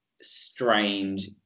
strange